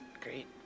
Great